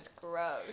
gross